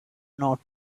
not